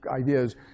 ideas